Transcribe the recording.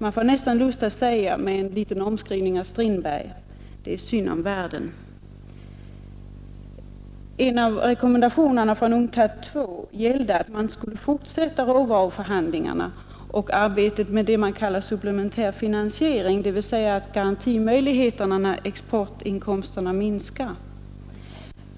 Man får nästan lust att, med en liten omskrivning av Strindberg, säga: Det är synd om världen! En av rekommendationerna från UNCTAD II gällde att man skulle fortsätta råvaruförhandlingarna och arbetet med vad man kallade supplementär finansiering, dvs. garantimöjligheter när exportinkomsterna minskar.